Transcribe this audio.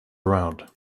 around